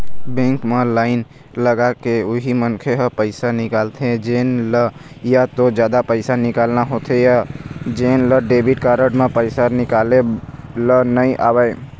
bank म line लगाके उही मनखे ह पइसा निकालथे जेन ल या तो जादा पइसा निकालना होथे या जेन ल डेबिट कारड म पइसा निकाले ल नइ आवय